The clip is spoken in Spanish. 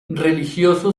religioso